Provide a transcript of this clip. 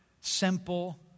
simple